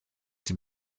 die